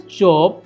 job